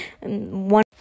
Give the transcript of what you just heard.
one